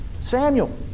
Samuel